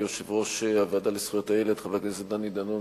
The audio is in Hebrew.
ליושב-ראש הוועדה לזכויות הילד חבר הכנסת דני דנון,